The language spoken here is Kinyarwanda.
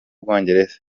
bwongereza